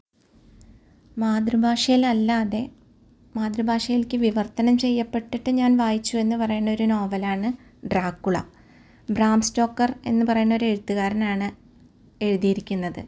മാതൃഭാഷയിലല്ലാതെ മാതൃഭാഷയിലെക്ക് വിവര്ത്തനം ചെയ്യപ്പെട്ടിട്ട് ഞാന് വായിച്ചു എന്ന് പറയണൊരു നോവലാണ് ഡ്രാക്കുള ബ്രാംസ്റ്റോക്കര് എന്ന് പറയുന്ന ഒരെഴുത്ത്കാരനാണ് എഴുതീരിക്കുന്നത്